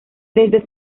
desde